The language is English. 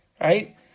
right